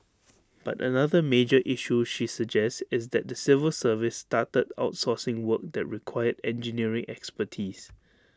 but another major issue she suggests is that the civil service started outsourcing work that required engineering expertise